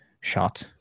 shot